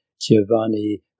Giovanni